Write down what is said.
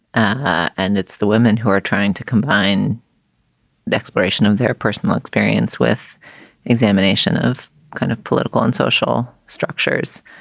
and it's the women who are trying to combine the exploration of their personal experience with examination of kind of political and social structures,